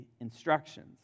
instructions